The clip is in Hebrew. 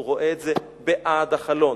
הוא רואה את זה בעד החלון.